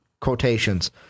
quotations